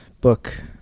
book